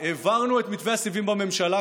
העברנו את מתווה הסיבים בממשלה,